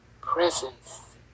presence